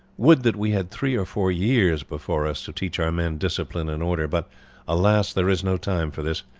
would that we had three or four years before us to teach our men discipline and order, but alas! there is no time for this.